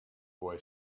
boy